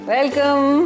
Welcome